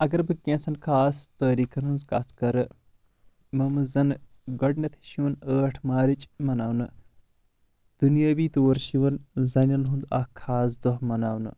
اگر بہٕ کیٚنٛژَن خاص تٲریٖخَن ہِنٛز کَتھ کَرٕ یمو منٛز زَنہ گۄڈنٮ۪تھے چھُ یِوان ٲٹھ مارچ مَناونہٕ دُنیٲوی طور چھِ یِوان زَنٮ۪ن ہُنٛد اَکھ خاص دۄہ مَناونہٕ